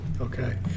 Okay